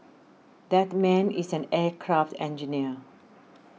that man is an aircraft engineer